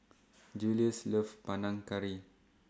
Juluis loves Panang Curry